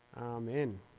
Amen